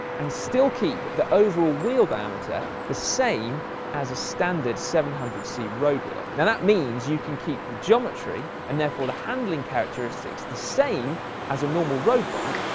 and still keep the overall wheel diameter the same as a standard seven hundred c road wheel. now that means you can keep the geometry, and therefore the handling characteristics, the same as a normal road bike.